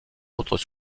autres